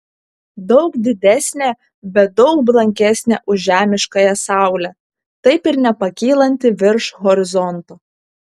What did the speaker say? daug didesnė bet daug blankesnė už žemiškąją saulę taip ir nepakylanti virš horizonto